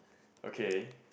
okay